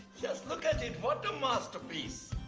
just look at it, what a masterpiece.